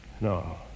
No